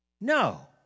No